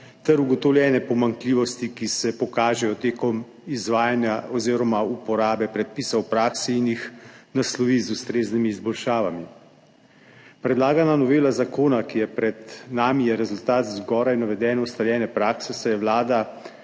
ter ugotovljene pomanjkljivosti, ki se pokažejo med izvajanjem oziroma uporabo predpisov v praksi in jih naslovi z ustreznimi izboljšavami. Predlagana novela zakona, ki je pred nami, je rezultat zgoraj navedene ustaljene prakse, saj je Vlada